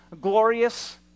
glorious